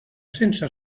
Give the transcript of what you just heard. sense